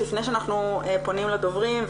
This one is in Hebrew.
לפני שאנחנו פונים לדוברים,